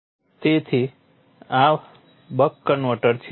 તેથી આ buck converter છે